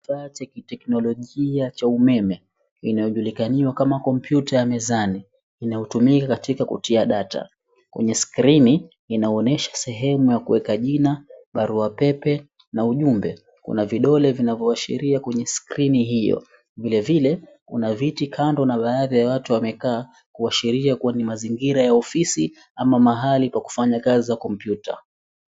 Kifaa cha kiteknolojia cha umeme, inayojulikaniwa kama kompyuta ya mezani, inayotumika katika kutia data . Kwenye skrini, inaonesha sehemu ya kuweka jina, barua pepe, na ujumbe. Kuna vidole vinavyoashiria kwenye skrini hiyo. Vile vile kuna viti kando na baadhi ya watu wamekaa, kuashiria kuwa ni mazingira ya ofisi, ama mahali pa kufanya kazi za kompyuta.